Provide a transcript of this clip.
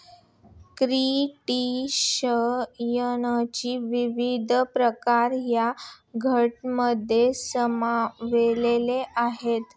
क्रस्टेशियनचे विविध प्रकार या गटांमध्ये सामावलेले आहेत